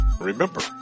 remember